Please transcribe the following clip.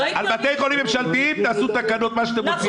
על בתי חולים ממשלתיים תעשו תקנות מה שאתם רוצים,